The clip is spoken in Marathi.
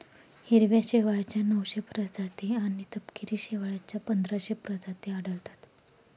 हिरव्या शेवाळाच्या नऊशे प्रजाती आणि तपकिरी शेवाळाच्या पंधराशे प्रजाती आढळतात